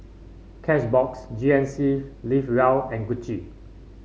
Cashbox G N C Live Well and Gucci